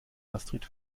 astrid